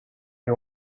you